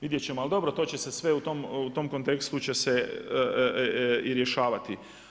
Vidjet ćemo, ali dobro to će se sve u tom kontekstu i rješavati.